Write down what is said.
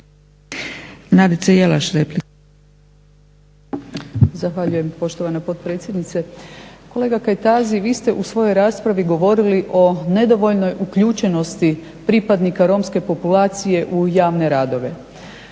Nadica Jelaš replika.